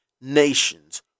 nations